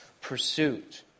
pursuit